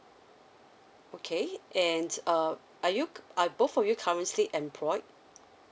okay and uh are you are both of you currently employed